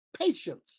patience